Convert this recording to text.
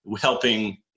helping